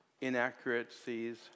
inaccuracies